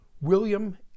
William